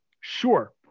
sure